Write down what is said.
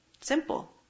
Simple